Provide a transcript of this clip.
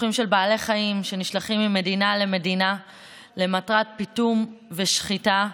משלוחים של בעלי חיים שנשלחים ממדינה למדינה למטרת פיטום ושחיטה,